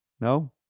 No